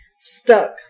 stuck